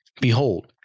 Behold